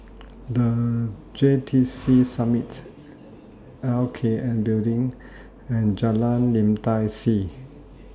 The J T C Summit L K N Building and Jalan Lim Tai See